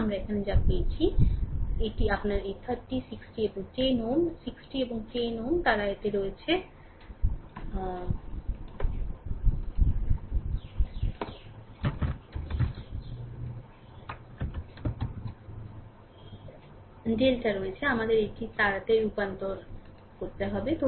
সুতরাং আমরা এখানে যা পেয়েছি আমরা তা পেয়ে যাচ্ছি যে এটি আপনার এই 30 60 এবং 10 Ω 60 এবং 10 Ω তারা এতে রয়েছে ডেল্টা রয়েছে আমাদের এটির তারাতে রূপান্তর করতে হবে